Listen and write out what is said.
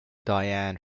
dianne